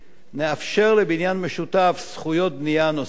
נאפשר לבניין משותף זכויות בנייה נוספות,